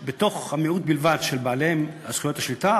בלבד של בעלי זכויות השליטה,